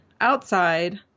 outside